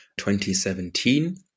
2017